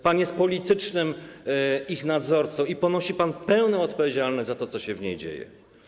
Pan jest ich politycznym nadzorcą i ponosi pan pełną odpowiedzialność za to, co się w niej dzieje.